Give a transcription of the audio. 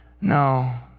No